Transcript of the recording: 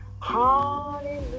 hallelujah